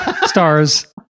stars